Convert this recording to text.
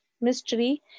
mystery